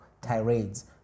tirades